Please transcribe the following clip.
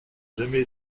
jamais